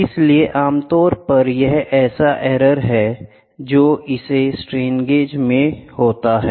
इसलिए आम तौर पर यह ऐसे एरर हैं जो इस स्ट्रेन गेज में होती हैं